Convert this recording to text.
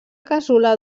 casolà